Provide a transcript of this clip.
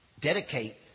dedicate